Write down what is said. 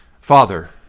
Father